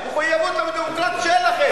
מחויבות לדמוקרטיה שאין לכם.